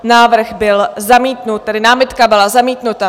Návrh byl zamítnut, tedy námitka byla zamítnuta.